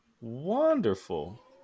Wonderful